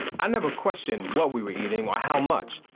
i never questioned what we were eating or how much.